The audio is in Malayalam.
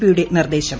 പി യുടെ നിർദ്ദേശം